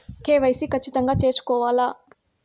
KYC ఖచ్చితంగా సేసుకోవాలా